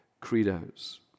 credos